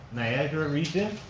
niagara region,